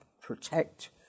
protect